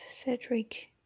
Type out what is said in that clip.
Cedric